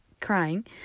crying